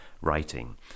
writing